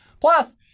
Plus